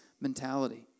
mentality